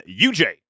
UJ